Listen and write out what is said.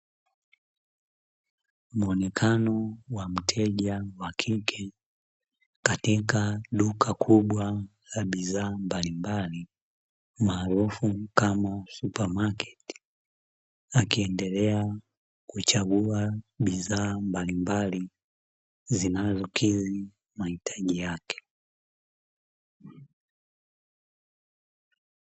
Muonekano wa mteja wa kike katika duka kubwa la bidhaa mbalimbali, maarufu kama supa maketi akiendelea kuchagua bidhaa mbalimbali zinazokidhi mahitaji yake.